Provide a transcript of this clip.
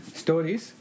stories